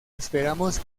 esperamos